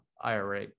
IRA